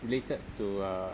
related to uh